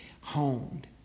honed